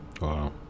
Wow